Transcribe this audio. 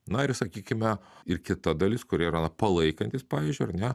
na ir sakykime ir kita dalis kuri yra palaikantys pavyzdžiui ar ne